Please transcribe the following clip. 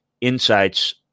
insights